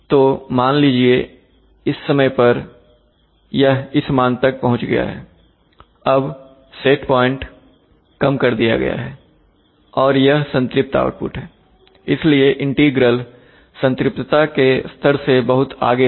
तो मान लीजिए इस समय पर यह इस मान तक पहुंच गया है अब सेट प्वाइंट कम कर दिया गया है और यह संतृप्त आउटपुट है इसलिए इंटीग्रल संतृप्तता के स्तर से बहुत आगे हैं